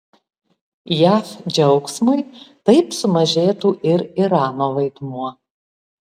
jav džiaugsmui taip sumažėtų ir irano vaidmuo